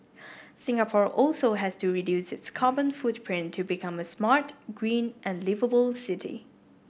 Singapore also has to reduce its carbon footprint to become a smart green and liveable city